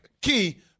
Key